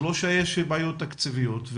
זה לא שיש בעיות תקציביות,